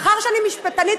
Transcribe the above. אני משפטנית,